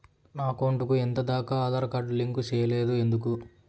నా అకౌంట్ కు ఎంత దాకా ఆధార్ కార్డు లింకు సేయలేదు ఎందుకు